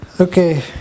okay